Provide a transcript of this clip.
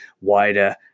wider